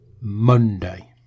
Monday